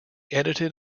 edited